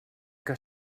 que